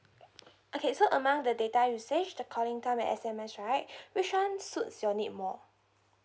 okay so among the data usage the calling time and S_M_S right which one suits your need more